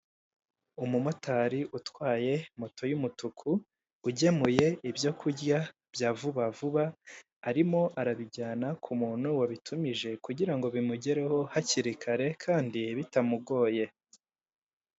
Umumotari utwaye moto y'umutuku ugemuye ibyokurya bya vuba vuba arimo arabijyana ku muntu wabitumije kugira ngo bimugereho hakiri kare kandi bitamugoye.